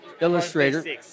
illustrator